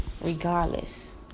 regardless